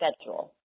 schedule